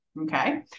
okay